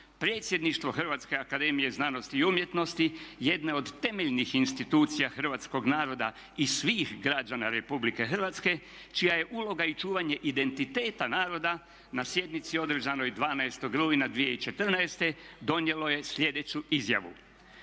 predsjedništvo Hrvatske akademije znanosti i umjetnosti jedno je od temeljenih institucija hrvatskog naroda i svih građana RH čija je uloga i čuvanje identiteta naroda na sjednici održanoj 12.rujna 2014.godine donijelo je slijedeću izjavu: